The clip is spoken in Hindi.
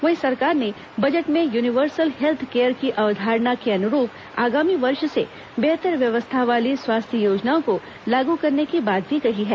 वहीं सरकार ने बजट में यूनिवर्सल हेत्थ केयर की अवधारणा के अनुरूप आगामी वर्ष से बेहतर व्यवस्था वाली स्वास्थ्य योजनाओं को लागू करने की बात कही है